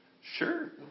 sure